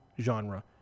genre